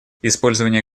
использование